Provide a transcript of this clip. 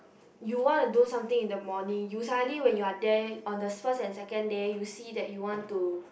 you wanna do something in the morning you suddenly when you are there on the first and second day you see that you want to